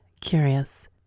curious